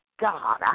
God